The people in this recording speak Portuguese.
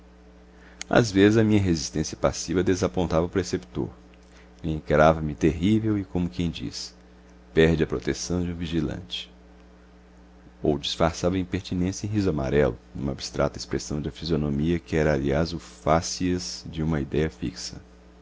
às vezes a minha resistência passiva desapontava o preceptor ele encarava me terrível e como quem diz perde a proteção de um vigilante ou disfarçava a impertinência em riso amarelo numa abstrata expressão de fisionomia que era aliás o facies de uma idéia fixa